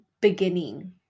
beginning